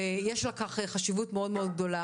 יש לכך חשיבות גדולה מאוד.